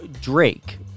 Drake